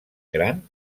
gran